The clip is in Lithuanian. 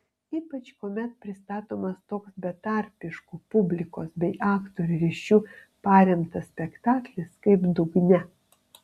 ypač kuomet pristatomas toks betarpišku publikos bei aktorių ryšiu paremtas spektaklis kaip dugne